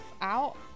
out